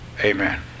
Amen